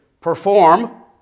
perform